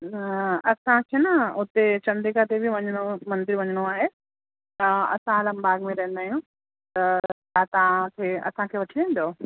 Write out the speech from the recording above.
हा असांखे न हुते चंद्रिका देवी वञिणो हो मंदिर वञिणो आहे असां आलमबाग में रहंदा आहियूं त छा तव्हांखे असांखे वठी वेंदव